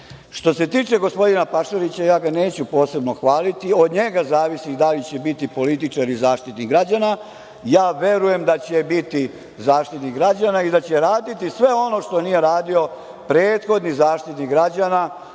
se tiče gospodina Pašalića, ja ga neću posebno hvaliti. Od njega zavisi da li će biti političar i Zaštitnik građana. Ja verujem da će biti Zaštitnik građana i da će raditi sve ono što nije radio prethodni Zaštitnik građana,